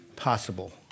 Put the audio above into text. possible